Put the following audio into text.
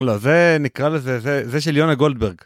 ונקרא לזה זה זה של יונה גולדברג.